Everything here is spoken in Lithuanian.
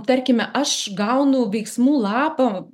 tarkime aš gaunu veiksmų lapą